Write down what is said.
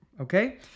okay